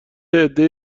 عدهای